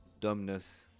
dumbness